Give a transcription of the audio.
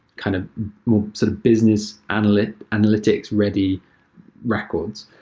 kind of more sort of business and like analytics-ready records.